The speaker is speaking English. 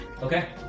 Okay